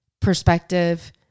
perspective